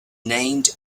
named